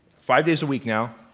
five days a week now,